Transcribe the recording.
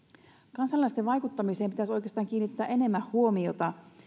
kansalaisten vaikuttamiseen pitäisi oikeastaan kiinnittää enemmän huomiota